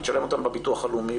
היא תשלם אותם בביטוח הלאומי,